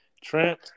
Trent